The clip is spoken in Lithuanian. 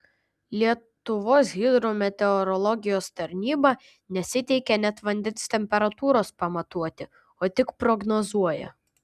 lietuvos hidrometeorologijos tarnyba nesiteikia net vandens temperatūros pamatuoti o tik prognozuoja